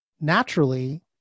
naturally